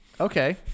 Okay